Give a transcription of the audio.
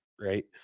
right